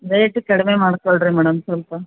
rate ಕಡಿಮೆ ಮಾಡಿಕೊಳ್ಡ್ರಿ madam ಸ್ವಲ್ಪ